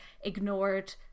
ignored